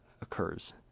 occurs